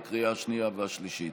בקריאה השנייה והשלישית.